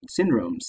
syndromes